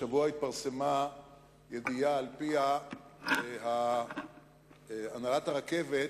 השבוע התפרסמה ידיעה שעל-פיה הנהלת הרכבת